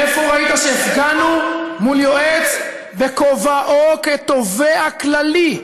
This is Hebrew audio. איפה ראית שהפגנו מול יועץ בכובעו כתובע כללי?